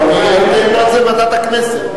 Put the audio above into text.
סגורות, תן לו לדבר,